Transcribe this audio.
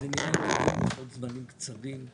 עניין מורכב עם לוחות זמנים קצרים,